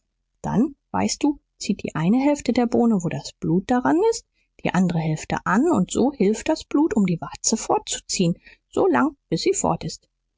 dann weißt du zieht die eine hälfte der bohne wo das blut darauf ist die andere hälfte an und so hilft das blut um die warze fortzuziehen so lang bis sie fort ist